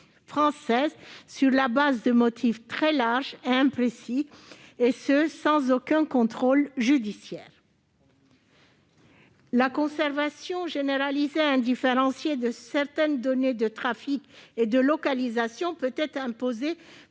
pour des motifs très larges et imprécis, et ce sans aucun contrôle judiciaire. La conservation généralisée et indifférenciée de certaines données de trafic et de localisation peut être imposée